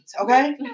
okay